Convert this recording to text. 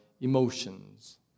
emotions